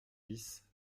dix